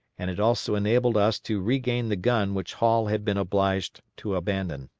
and it also enabled us to regain the gun which hall had been obliged to abandon.